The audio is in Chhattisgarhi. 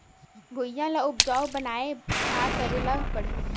भुइयां ल उपजाऊ बनाये का करे ल पड़ही?